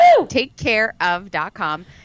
Takecareof.com